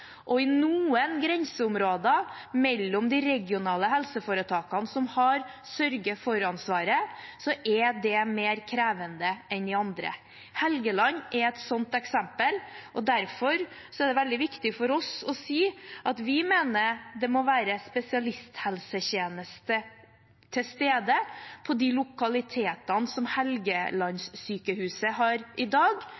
og i noen grenseområder mellom de regionale helseforetakene, som har sørge-for-ansvaret, er det mer krevende enn i andre. Helgeland er et sånt eksempel. Derfor er det veldig viktig for oss å si at vi mener det må være spesialisthelsetjeneste til stede på de lokalitetene som